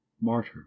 martyr